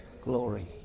glory